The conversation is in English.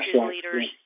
leaders